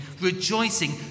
rejoicing